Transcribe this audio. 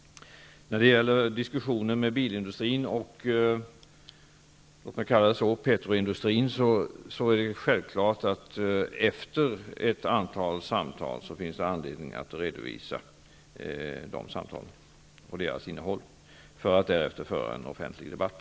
När det gäller diskussionerna med bilindustrin och petroindustrin är det självklart att det efter ett antal samtal finns anledning att redovisa innehållet för att därefter föra en offentlig debatt.